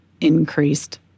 increased